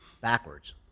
backwards